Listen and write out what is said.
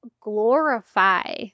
glorify